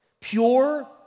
pure